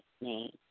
name